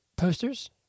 Posters